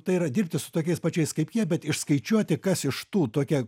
tai yra dirbti su tokiais pačiais kaip jie bet išskaičiuoti kas iš tų tokie